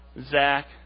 Zach